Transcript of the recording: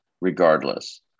Regardless